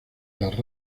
las